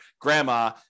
grandma